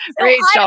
Rachel